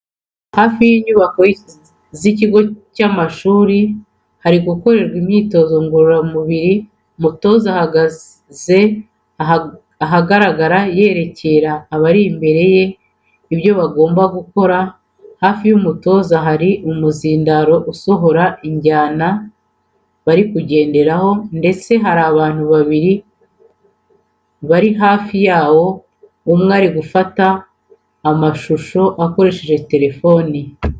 Hafi y'inyubako z'ikigo cy'amashuri hari gukorerwa imyitozo ngororamubiri, umutoza ahagaze ahagaragara yerekera abari imbere ye ibyo bagomba gukora hafi y'umutoza hari umuzindaro usohora injyana bari kugenderaho ndetse hari abantu babiri bari hafi yawo umwe arimo gufata amashusho akoresheje telefoni.